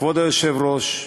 כבוד היושב-ראש,